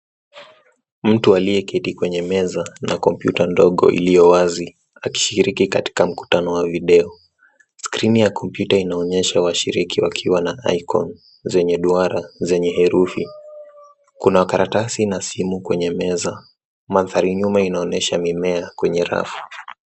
Mtu aliyeketi kwenye meza na Komputa ndogo iliyo wazi akishiriki katika mukutano wa video skrini ya Komputa inaonyesha washiriki wakiwa na icon zenye duara, zenye herufi. Kuna karatasi na simu kwenye meza, mandhari nyuma inaonyesha mimea kwenye rafu.